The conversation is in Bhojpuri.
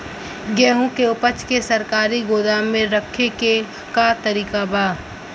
गेहूँ के ऊपज के सरकारी गोदाम मे रखे के का तरीका बा?